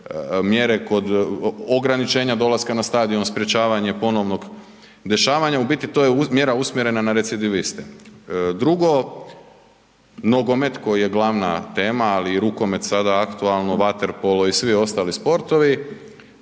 mjere kod ograničenja dolaska na stadion, sprječavanje ponovnog dešavanja, u biti, to je mjera usmjerena na recidiviste. Drugo, nogomet koji je glavna tema, ali i rukomet, sada aktualno, vaterpolo i svi ostali sportovi